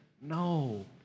No